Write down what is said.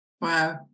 Wow